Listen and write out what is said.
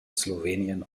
slowenien